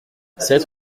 sept